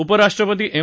उपराष्ट्रपती एम